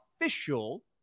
official –